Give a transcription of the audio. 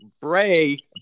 Bray